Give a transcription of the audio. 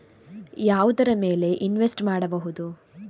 ಯಾವುದರ ಮೇಲೆ ಇನ್ವೆಸ್ಟ್ ಮಾಡಬಹುದು?